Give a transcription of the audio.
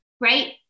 right